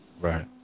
Right